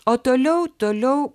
o toliau toliau